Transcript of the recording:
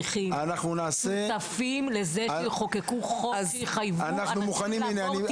שותפים לזה שיחוקקו חוק שיחייבו אנשים לעבור טיפול.